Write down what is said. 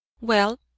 Well